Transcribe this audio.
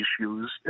issues